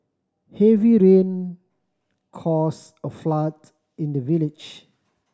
heavy rain cause a flood in the village